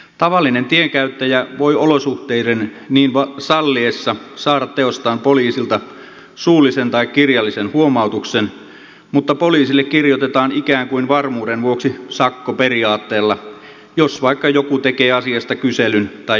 tavallinen tienkäyttäjä voi olosuhteiden niin salliessa saada teostaan poliisilta suullisen tai kirjallisen huomautuksen mutta poliisille kirjoitetaan ikään kuin varmuuden vuoksi sakko periaatteella jos vaikka joku tekee asiasta kyselyn tai jopa kantelun